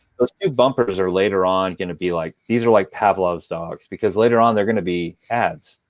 those two bumpers are, later on, going to be like these are like pavlov's dogs. because later on, they're going to be ads.